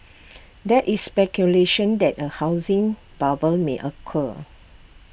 there is speculation that A housing bubble may occur